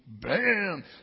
bam